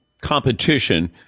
competition